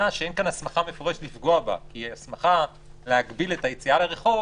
שאין כאן הסמכה מפורשת לפגוע בה כי הסמכה להגביל את היציאה לרחוב,